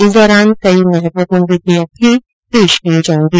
इस दौरान कई महत्वपूर्ण विधेयक भी पेश किये जायेंगे